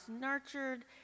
nurtured